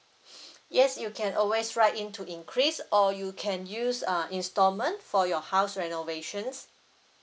yes you can always write in to increase or you can use uh installment for your house renovations